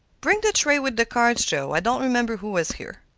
bring the tray with the cards, joe. i don't remember who was here.